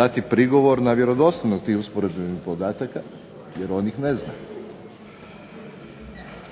dati prigovor na vjerodostojnost tih usporednih podataka jer on ih ne zna.